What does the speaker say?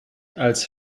als